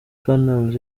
platnumz